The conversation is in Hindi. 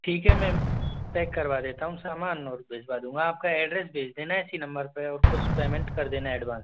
ठीक है मैं पैक करवा देता हूँ सामान और भिजवा दूँगा आपका एड्रेस भेज देना इसी नंबर पर और कुछ पेमेंट कर देना एडवांस